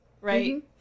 right